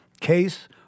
case